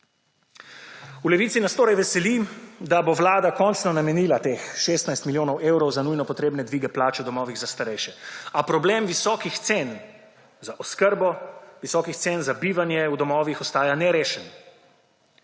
V Levici nas torej veseli, da bo Vlada končno namenila teh 16 milijonov evrov za nujne potrebne dvige plače domovih za starejše, a problem visokih cen za oskrbo, visokih cen za bivanje v domovih ostaja nerešeno.